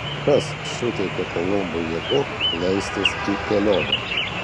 kas suteikė kolumbui jėgų leistis į kelionę